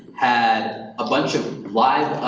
had a bunch of live,